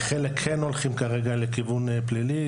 חלק כן הולכות, כרגע לכיוון פלילי.